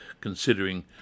considering